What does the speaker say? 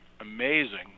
amazing